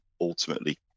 ultimately